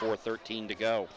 four thirteen to go